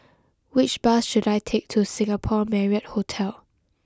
which bus should I take to Singapore Marriott Hotel